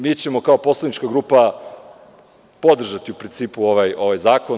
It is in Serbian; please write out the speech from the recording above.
Mi ćemo kao poslanička grupa podržati u principu ovaj zakon.